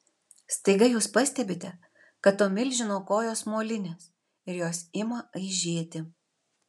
staiga jūs pastebite kad to milžino kojos molinės ir jos ima aižėti